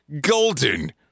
Golden